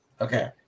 Okay